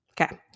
okay